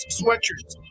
sweatshirts